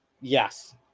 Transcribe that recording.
Yes